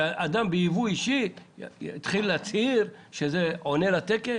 שאדם בייבוא אישי יתחיל להצהיר שזה עונה לתקן.